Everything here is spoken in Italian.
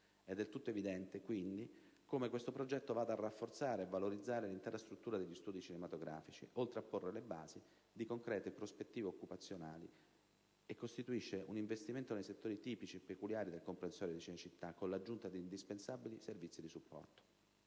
È del tutto evidente, quindi, come questo progetto vada a rafforzare e valorizzare tutta la struttura degli studi cinematografici, oltre a porre le basi di concrete prospettive occupazionali, e costituisca un investimento nei settori tipici e peculiari del comprensorio dì Cinecittà, con l'aggiunta di indispensabili servizi di supporto.